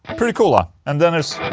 pretty cool, ah? and then there's.